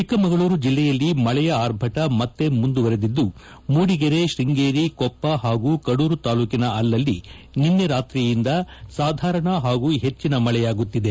ಚಿಕ್ಕಮಗಳೂರು ಜಿಲ್ಲೆಯಲ್ಲಿ ಮಳೆಯ ಆರ್ಭಟ ಮತ್ತೆ ಮುಂದುವರೆದಿದ್ದು ಮೂಡಿಗೆರೆ ಶೃಂಗೇರಿ ಕೊಪ್ಪ ಹಾಗು ಕಡೂರು ತಾಲೂಕಿನ ಅಲ್ಲಲಿ ನಿನ್ನೆ ರಾತ್ರಿಯಿಂದ ಸಾಧಾರಣ ಹಾಗು ಹೆಚ್ಚಿನ ಮಳೆಯಾಗುತ್ತಿದೆ